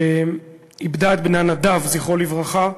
שאיבדה את בנה נדב, זכרו לברכה.